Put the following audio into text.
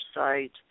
site